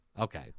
Okay